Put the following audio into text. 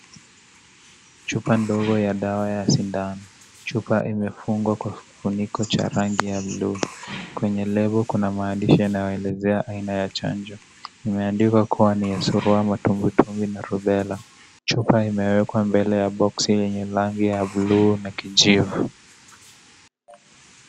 Chupa ndogo ya dawa ya sindano. Chupa imefungwa kwa kifuniko cha rangi ya buluu. Kwenye lebo kuna maandishi yanayoelezea aina ya chanjo. Imeandikwa kuwa ni ya surua, matumbwitumwi na rubella. Chupa imewekwa kwenye boksi ya rangi ya buluu na kijivu.